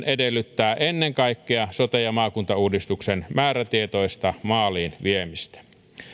edellyttää ennen kaikkea sote ja maakuntauudistuksen määrätietoista maaliin viemistä